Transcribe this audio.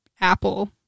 apple